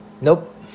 Nope